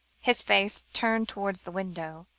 his face turned towards the window,